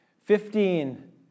Fifteen